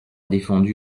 défendu